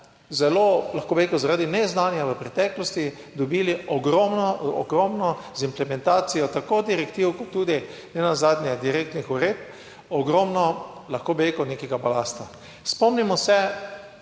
zelo, lahko bi rekel, zaradi neznanja v preteklosti dobili ogromno, ogromno z implementacijo tako direktiv kot tudi nenazadnje direktnih uredb, ogromno, lahko bi rekel, nekega balasta. Spomnimo se,